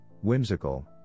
whimsical